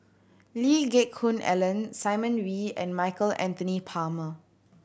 Lee Geck Hoon Ellen Simon Wee and Michael Anthony Palmer